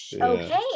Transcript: okay